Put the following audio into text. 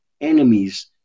enemies